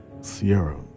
Sierra